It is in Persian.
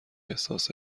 احساس